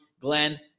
Glenn